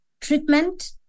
treatment